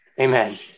Amen